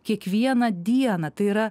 kiekvieną dieną tai yra